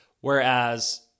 Whereas